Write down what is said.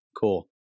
cool